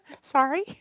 Sorry